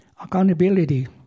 accountability